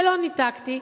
ולא ניתקתי,